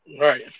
Right